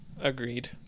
Agreed